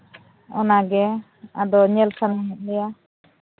ᱚᱱᱟᱜᱮ ᱟᱫᱚ ᱧᱮᱞ ᱥᱟᱱᱟᱭᱮᱫ ᱞᱮᱭᱟ